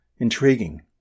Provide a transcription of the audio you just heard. Intriguing